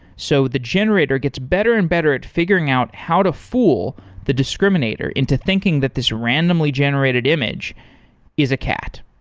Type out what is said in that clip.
so the generator gets better and better at figuring out how to fool the discriminator into thinking that this randomly generated image is a cat.